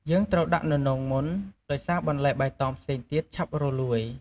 យើងត្រូវដាក់ននោងមុន ដោយសារបន្លែបៃតងផ្សេងទៀតឆាប់រលួយ។